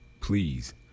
please